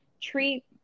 treat